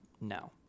no